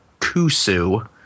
Kusu